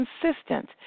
consistent